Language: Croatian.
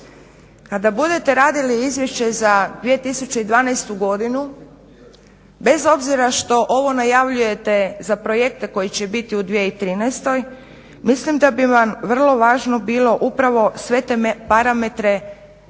Kada budete radili Izvješće za 2012. godinu bez obzira što ovo najavljujete za projekte koji će biti u 2013. mislim da bi vam vrlo važno bilo upravo sve te parametre